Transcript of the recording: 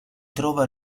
trova